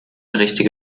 richtige